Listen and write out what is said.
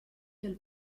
hill